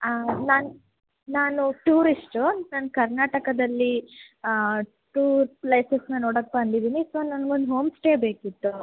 ಹಾಂ ನಾನು ನಾನು ಟೂರಿಸ್ಟು ನಾನು ಕರ್ನಾಟಕದಲ್ಲಿ ಟೂರ್ ಪ್ಲೇಸಸನ್ನ ನೋಡಕೆ ಬಂದಿದ್ದೀನಿ ಸೋ ನಂಗೊಂದು ಹೋಮ್ಸ್ಟೇ ಬೇಕಿತ್ತು